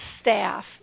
staff